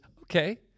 okay